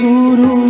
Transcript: Guru